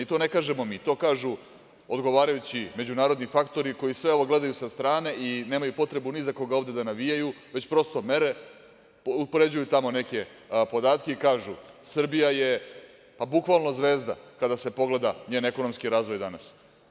I to ne kažemo mi, to kažu odgovarajući međunarodni faktori koji sve ovo gledaju sa strane i nemaju potrebu ni za koga ovde da navijaju, već prosto mere, upoređuju tamo neke podatke i kažu - Srbija je bukvalno zvezda kada se pogleda njen ekonomski razvoj danas.